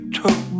took